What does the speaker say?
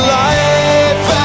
life